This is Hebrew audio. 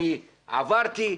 אני עברתי,